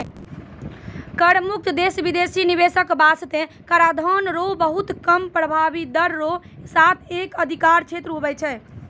कर मुक्त क्षेत्र बिदेसी निवेशक बासतें कराधान रो बहुत कम प्रभाबी दर रो साथ एक अधिकार क्षेत्र हुवै छै